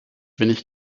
wenig